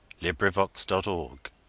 LibriVox.org